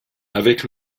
avec